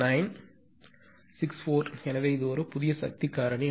964 எனவே புதிய சக்தி காரணி